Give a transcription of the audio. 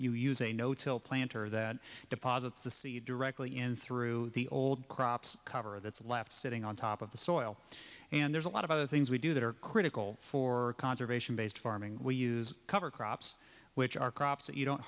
use a no till planter that deposits the seed directly in through the old crops cover that's left sitting on top of the soil and there's a lot of other things we do that are critical for conservation based farming we use cover crops which are crops that you don't